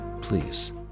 please